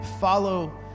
follow